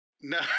No